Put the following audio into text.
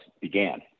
began